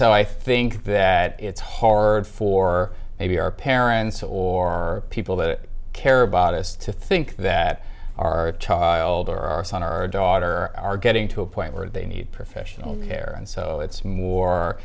so i think that it's hard for maybe our parents or people that care about us to think that our child or our son or daughter are getting to a point where they need professional care and so it's more